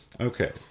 Okay